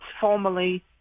formally